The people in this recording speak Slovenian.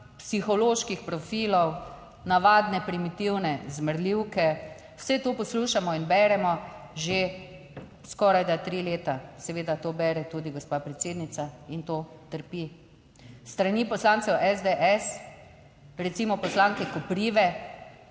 psiholoških profilov, navadne primitivne zmerljivke vse to poslušamo in beremo že skorajda tri leta, Seveda to bere tudi gospa predsednica, in to trpi. S strani poslancev SDS, recimo poslanke Koprive,